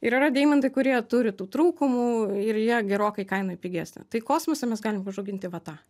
ir yra deimantai kurie turi tų trūkumų ir jie gerokai kaina jų pigesnė tai kosmose mes galim užauginti va tą